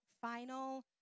final